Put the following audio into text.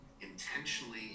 intentionally